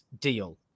deal